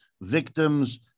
victims